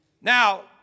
Now